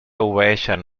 obeeixen